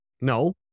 No